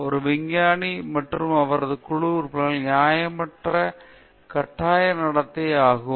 ஒரு விஞ்ஞானி மற்றும் அவரது குழு உறுப்பினர்களின் நியாயமற்ற மற்றும் கட்டாய நடத்தை ஆகும்